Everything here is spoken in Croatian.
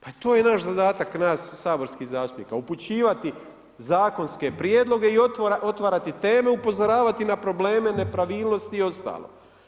Pa to je naš zadatak nas saborskih zastupnika upućivati zakonske prijedloge i otvarati teme, upozoravati na probleme, nepravilnosti i ostalo.